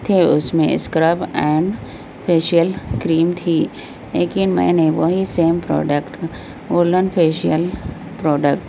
تھے اس میں اسکرپ اینڈ فیشیل کریم تھی لیکن میں نے وہی same product golden facial product